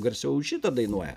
garsiau šitą dainuoja